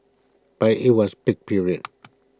but IT was peak period